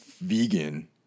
vegan